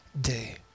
day